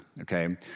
okay